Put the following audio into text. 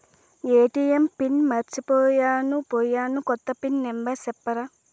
ATM pin మర్చిపోయాను పోయాను, కొత్త పిన్ నెంబర్ సెప్తారా?